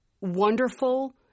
wonderful